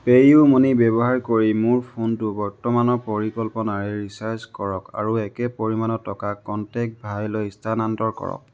pay U money ব্যৱহাৰ কৰি মোৰ ফোনটো বৰ্তমানৰ পৰিকল্পনাৰে ৰিচাৰ্জ কৰক আৰু একে পৰিমাণৰ টকা কনটেক্ট ভাইলৈ স্থানান্তৰ কৰক